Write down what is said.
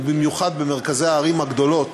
ובמיוחד במרכזי הערים הגדולות,